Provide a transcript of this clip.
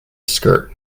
skirt